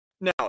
Now